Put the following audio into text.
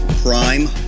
Prime